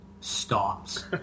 stops